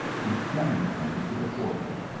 he summoned him to the portal.